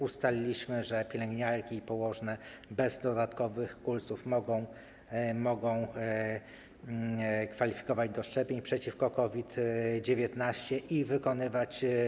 Ustaliliśmy, że pielęgniarki i położne bez dodatkowych kursów mogą kwalifikować do szczepień przeciwko COVID-19 i je wykonywać.